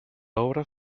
obra